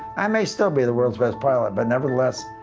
i may still be the world's best pilot, but nevertheless,